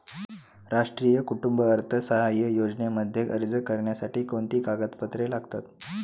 राष्ट्रीय कुटुंब अर्थसहाय्य योजनेमध्ये अर्ज करण्यासाठी कोणती कागदपत्रे लागतात?